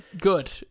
good